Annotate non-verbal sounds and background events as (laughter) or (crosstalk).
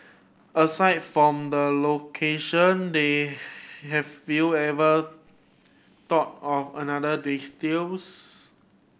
aside from the location they have you ever thought of any other (unintelligible)